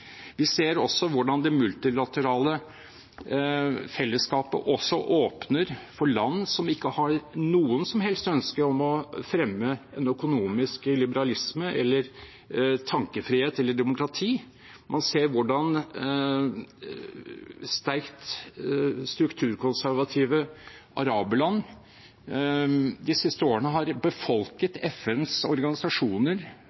Vi ser hvordan det multilaterale fellesskapet også åpner for land som ikke har noe som helst ønske om å fremme en økonomisk liberalisme, tankefrihet eller demokrati. Man ser hvordan sterkt strukturkonservative araberland de siste årene har